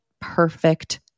perfect